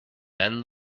then